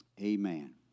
Amen